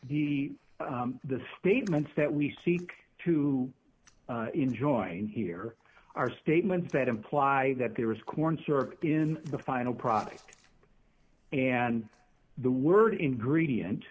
the the statements that we seek to enjoin here are statements that imply that there is corn syrup in the final product and the word ingredient